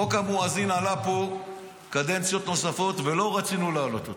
חוק המואזין עלה פה בקדנציות נוספות ולא רצינו להעלות אותו.